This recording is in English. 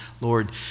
Lord